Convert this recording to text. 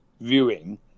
viewing